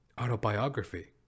Autobiography